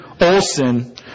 Olson